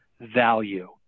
value